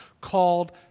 called